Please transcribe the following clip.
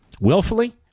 Willfully